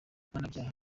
mpanabyaha